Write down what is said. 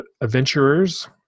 adventurers